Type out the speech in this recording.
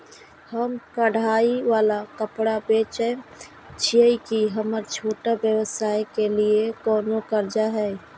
हम कढ़ाई वाला कपड़ा बेचय छिये, की हमर छोटा व्यवसाय के लिये कोनो कर्जा है?